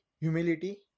Humility